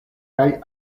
kaj